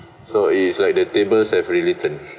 so is like the tables have re-written